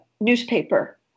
newspaper